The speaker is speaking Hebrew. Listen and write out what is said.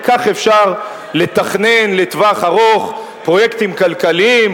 כי כך אפשר לתכנן לטווח ארוך פרויקטים כלכליים,